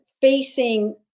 facing